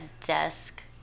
desk